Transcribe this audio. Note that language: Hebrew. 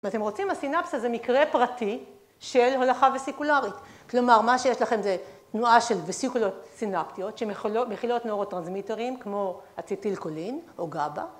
אתם רוצים? הסינפסה זה מקרה פרטי של הולכה וסיקולרית. כלומר, מה שיש לכם זה תנועה של וסיקולות סינפטיות שמכילות נורוטרנסמיטרים כמו הציטילקולין או גאבה.